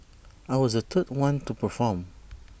I was the third one to perform